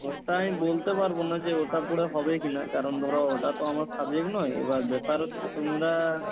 ওটা আমি বলতে পারবো না যে ওটা পড়ে হবে কি না কারণ ধরো ওটা তো আমার সাবজেক্ট নয় এবার ব্যাপার হচ্ছে তোমরা